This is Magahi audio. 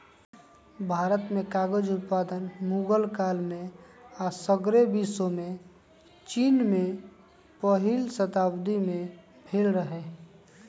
भारत में कागज उत्पादन मुगल काल में आऽ सग्रे विश्वमें चिन में पहिल शताब्दी में भेल रहै